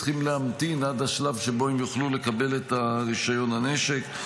צריכים להמתין עד השלב שבו הם יוכלו לקבל את רישיון הנשק,